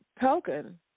token